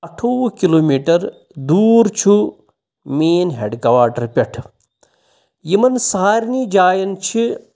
اَٹھووُہ کِلوٗمیٖٹر دوٗر چھُ مین ہیڈ کواٹر پٮ۪ٹھٕ یِمَن سارنی جاین چھِ